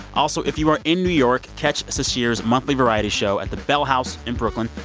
also, if you are in new york, catch sasheer's monthly variety show at the bell house in brooklyn.